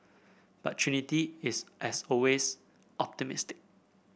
but Trinity is as always optimistic